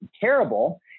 terrible